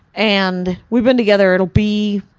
and we've been together, it'll be,